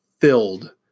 filled